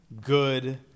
good